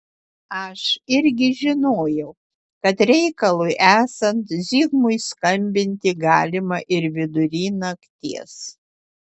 aš irgi žinojau kad reikalui esant zigmui skambinti galima ir vidury nakties